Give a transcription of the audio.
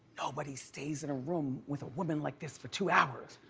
nobody stays in a room with a woman like this for two hours.